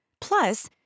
Plus